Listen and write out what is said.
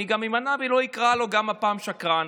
אני גם אימנע ולא אקרא לו גם הפעם "שקרן".